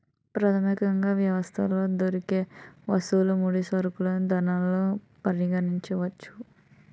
ప్రాథమికంగా వ్యవస్థలో దొరికే వస్తువులు ముడి సరుకులు ధనంగా పరిగణించవచ్చు